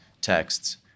texts